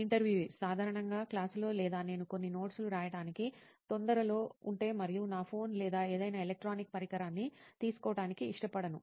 ఇంటర్వ్యూఈ సాధారణంగా క్లాసులో లేదా నేను కొన్ని నోట్స్ లు రాయడానికి తొందరలో లో ఉంటే మరియు నా ఫోన్ లేదా ఏదైనా ఎలక్ట్రానిక్ పరికరాన్ని తీసుకోవటానికి ఇష్టపడను